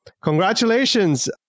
Congratulations